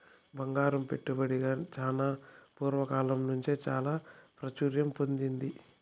బంగారం పెట్టుబడిగా చానా పూర్వ కాలం నుంచే చాలా ప్రాచుర్యం పొందింది